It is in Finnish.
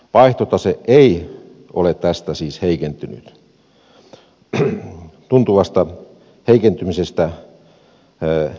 vaihtotase ei ole tästä siis heikentynyt tuntuvasta heikentymisestä puhumattakaan